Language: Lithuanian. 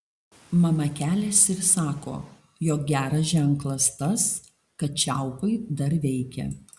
mama keliasi ir sako jog geras ženklas tas kad čiaupai dar veikia